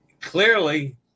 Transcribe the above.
Clearly